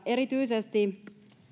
erityisesti